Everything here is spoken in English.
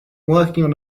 working